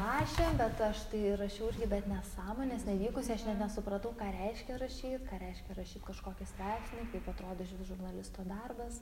rašėm bet aš tai rašiau irgi bet nesąmonės nevykusiai aš net nesupratau ką reiškia rašyt ką reiškia rašyt kažkokį straipsnį kaip atrodo išvis žurnalisto darbas